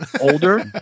older